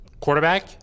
Quarterback